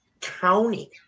county